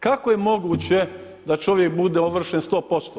Kako je moguće da čovjek bude ovršen 100%